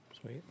Sweet